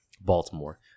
Baltimore